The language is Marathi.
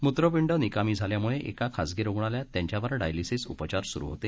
मूत्रपिंड निकामी झाल्यामुळे एका खाजगी रुग्णालयात त्यांच्यावर डायलिसिस उपचार सुरू होते